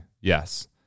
Yes